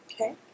Okay